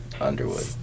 Underwood